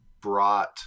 brought